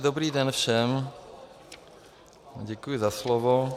Dobrý den všem, děkuji za slovo.